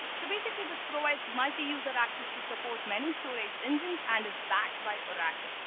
so basically this provides multi-user access to support many storage engines and is backed by a rocker.